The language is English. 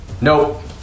Nope